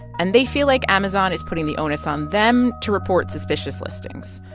and they feel like amazon is putting the onus on them to report suspicious listings.